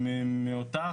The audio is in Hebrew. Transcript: האוצר.